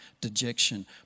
dejection